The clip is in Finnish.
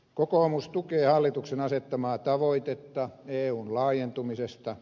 kokoomus tukee hallituksen asettamaa tavoitetta eun laajentumisesta